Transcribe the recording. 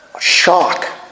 shock